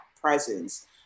presence